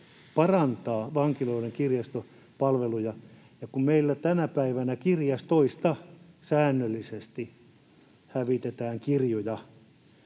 parantaa vankiloiden kirjastopalveluja, ja kun meillä tänä päivänä kirjastoista säännöllisesti hävitetään kirjoja,